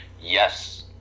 yes